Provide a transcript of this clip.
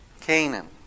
Canaan